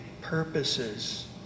purposes